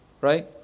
Right